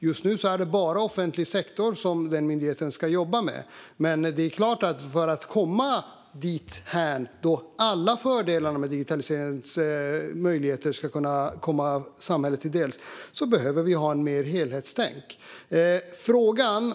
Just nu är det bara offentlig sektor som myndigheten Digg ska jobba med, men för att komma dithän där alla fördelar med digitaliseringens möjligheter kommer samhället till del behöver vi ha mer helhetstänk.